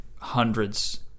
hundreds